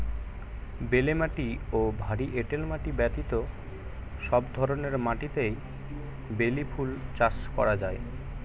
বেলে মাটি ও ভারী এঁটেল মাটি ব্যতীত সব ধরনের মাটিতেই বেলি ফুল চাষ করা যায়